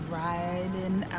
riding